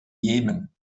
jemen